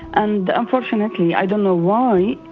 and unfortunately, i don't know why,